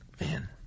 Man